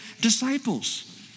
disciples